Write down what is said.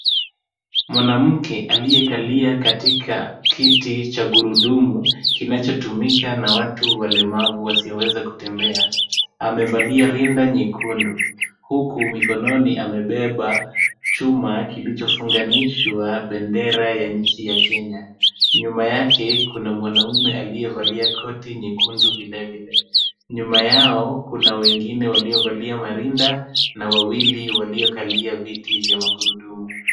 Mwanamke aliyekalia katika kiti cha gurudumu kinachotumika na watu walemavu wasioweza kutembea. Amevalia rinda nyekundu, huku mikononi amebeba chuma kilichofunganishwa bendera ya nchi ya Kenya. Nyuma yake kuna mwanamume aliyevalia koti nyekundu vilevile. Nyuma yao kuna wengine waliovalia marinda na waliokalia viti vya magurudumu.